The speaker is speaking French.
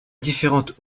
différentes